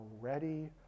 ready